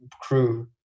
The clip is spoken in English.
crew